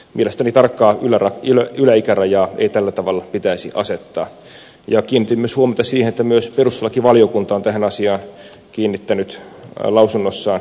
mielestäni tarkkaa yläikärajaa ei tällä tavalla pitäisi asettaa ja kiinnitin huomiota siihen että myös perustuslakivaliokunta on tähän asiaan kiinnittänyt lausunnossaan huomiota